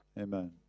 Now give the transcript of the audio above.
amen